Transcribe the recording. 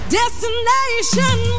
destination